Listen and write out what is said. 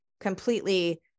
completely